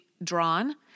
drawn